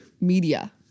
media